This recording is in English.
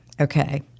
Okay